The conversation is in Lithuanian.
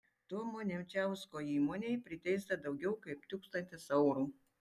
tomo nemčiausko įmonei priteista daugiau kaip tūkstantis eurų